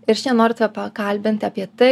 ir šiandien noriu tave pakalbinti apie tai